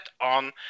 on